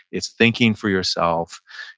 it's thinking for yourself.